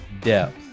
depth